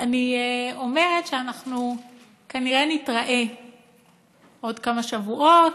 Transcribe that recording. אני אומרת שאנחנו כנראה נתראה בעוד כמה שבועות,